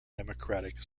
democratic